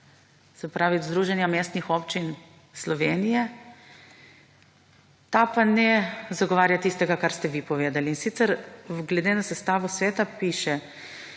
se pravi Združenja mestnih občin Slovenije, ta pa ne zagovarja tistega kar ste vi povedali, in sicer glede na sestavo sveta piše: